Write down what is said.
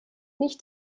nicht